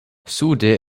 sude